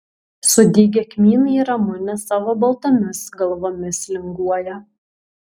sudygę kmynai ir ramunės savo baltomis galvomis linguoja